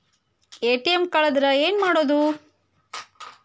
ATM ಕಳದ್ರ ಏನು ಮಾಡೋದು?